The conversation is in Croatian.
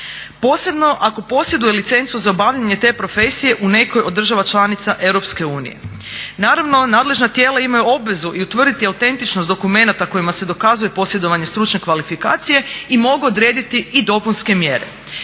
posebno ako posjeduje licencu za obavljanje te profesije u nekoj od država članica Europske unije. Naravno nadležna tijela imaju obvezu i utvrditi autentičnost dokumenata kojima se dokazuje posjedovanje stručne kvalifikacije i mogu odrediti i dopunske mjere.